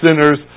sinners